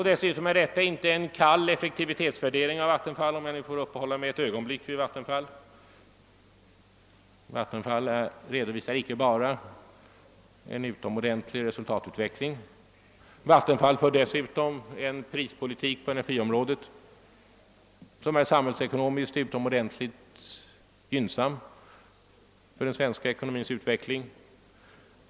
Detta är inte en kall effektivitetsvärdering av Vattenfall, om jag får uppehålla mig ett ögonblick vid detta företag. Vattenfall re dovisar inte bara en mycket god resultatutveckling. Det för dessutom en prispolitik på energiområdet som är samhällsekonomiskt utomordentligt gynnsam för den svenska ekonomins utveckling.